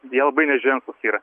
jie labai neženklūs yra